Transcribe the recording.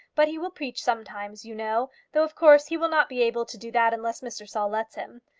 but he will preach sometimes, you know though of course he will not be able to do that unless mr. saul lets him.